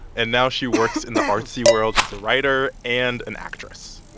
and now she works in the artsy world. she's a writer and an actress.